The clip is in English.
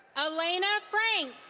elena frank.